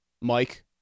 Mike